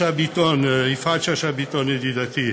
יפעת שאשא ביטון, ידידתי,